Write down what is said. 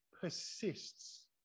persists